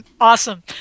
awesome